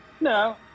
no